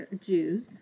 Jews